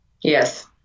Yes